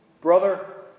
Brother